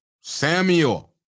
Samuel